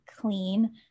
clean